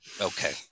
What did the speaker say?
Okay